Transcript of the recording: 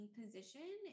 position